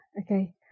Okay